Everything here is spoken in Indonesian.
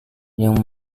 yang